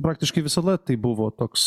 praktiškai visada taip buvo toks